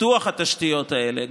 פיתוח התשתיות האלה,